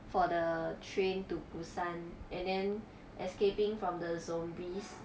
for the train to busan and then escaping from the zombies